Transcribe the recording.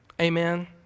Amen